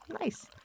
Nice